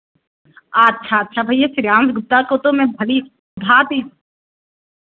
अच्छा अच्छा भैया श्रियान्स गुप्ता को तो मै भली भांति